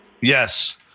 Yes